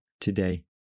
today